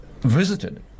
visited